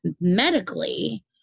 medically